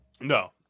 No